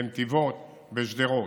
בנתיבות ובשדרות.